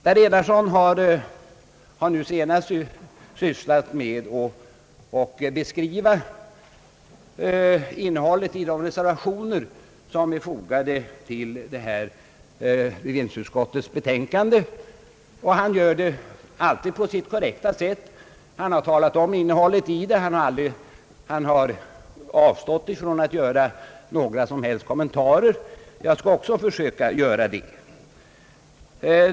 Herr Enarsson har nu senast sysslat med att beskriva innehållet i de reservationer som är fogade till detta bevillningsutskottets betänkande. Han gjorde det på sitt alltid korrekta sätt. Han har talat om deras innehåll men har avstått ifrån att göra några som helst kommentarer. Jag skall också försöka att avstå.